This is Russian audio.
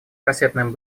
кассетным